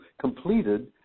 completed